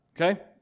okay